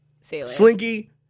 Slinky